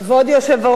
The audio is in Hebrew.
אין לו זכות,